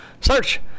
Search